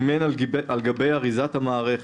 "סימן על גבי אריזת המערכת",